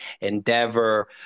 Endeavor